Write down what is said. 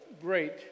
great